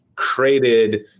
created